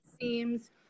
seems